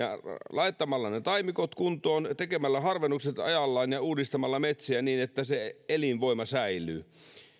laittamalla ne taimikot kuntoon tekemällä harvennukset ajallaan ja uudistamalla metsiä niin että se elinvoima säilyy